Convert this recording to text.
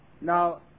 Now